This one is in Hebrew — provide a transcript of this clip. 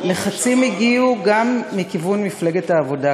לחצים הגיעו גם מכיוון מפלגת העבודה,